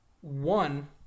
One